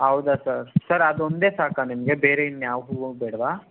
ಹೌದಾ sir sir ಅದೊಂದೇ ಸಾಕಾ ನಿಮಗೆ ಬೇರೆ ಇನ್ನು ಯಾವ ಹೂವು ಬೇಡ್ವಾ